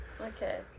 Okay